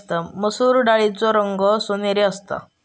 मसुर डाळीचो रंग सोनेरी असता